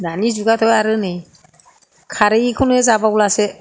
दानि जुगआथ' आरो नै खारैखौनो जाबावलासो